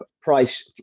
price